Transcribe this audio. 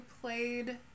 played